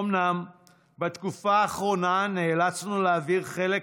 אומנם בתקופה האחרונה נאלצנו להעביר חלק